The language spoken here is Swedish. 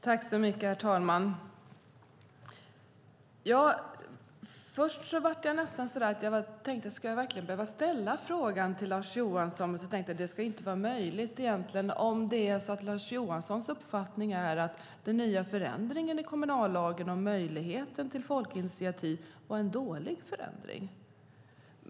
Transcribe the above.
Herr talman! Först tänkte jag: Det kan inte vara möjligt att jag ska behöva ställa frågan till Lars Johansson om det är hans uppfattning att förändringen i kommunallagen om möjlighet till folkinitiativ var en dålig förändring.